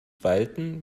walten